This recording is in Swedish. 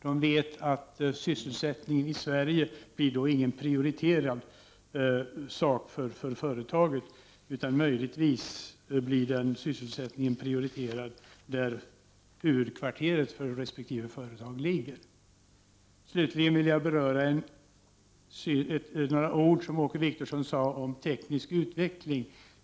De vet att sysselsättningen i Sverige då inte blir en prioriterad angelägenhet för företaget; möjligen blir sysselsättningen prioriterad där huvudkvarteret för resp. företag ligger. Slutligen vill jag beröra något som Åke Wictorsson sade om teknisk utveckling.